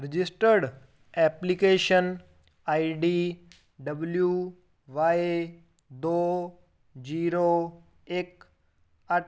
registered application ID W Y ਦੋ zero ਇੱਕ ਅੱਠ